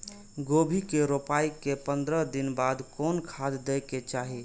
गोभी के रोपाई के पंद्रह दिन बाद कोन खाद दे के चाही?